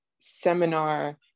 seminar